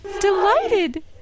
Delighted